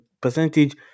percentage